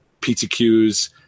PTQs